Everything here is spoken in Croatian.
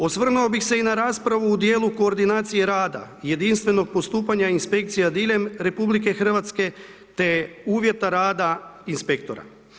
Osvrnuo bih se i na raspravu u dijelu koordinacije rada i jedinstvenog postupanja inspekcija diljem RH te uvjeta rada inspektora.